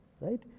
right